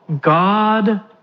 God